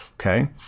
Okay